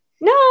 No